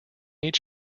each